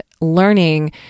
learning